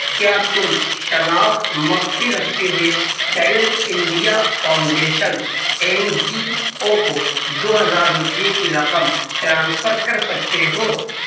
کیا تم شناخت مخفی رکھتے ہوئے child India foundation N G O کو دو ہزار روپئے کی رقم ٹرانسفر کر سکتے ہو